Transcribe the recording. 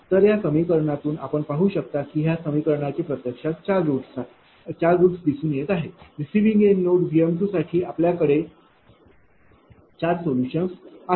तर या समीकरणातून आपण पाहू शकता की ह्या समीकरणाचे प्रत्यक्षात 4 रूट्स आहेत दिसून येते की रिसिविंग एन्ड व्होल्टेज Vसाठी आपल्याकडे 4 सोल्युशन्स आहेत